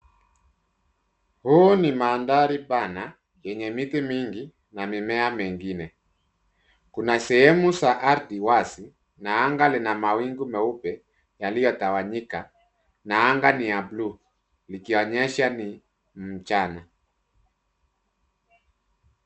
Huu ni mandhari pana yenye miti mingi na mimea mingine. Kuna sehemu za ardhi wazi na anga lina mawingu meupe yaliyotawanyika na anga ni ya bluu ikionyesha ni mchana.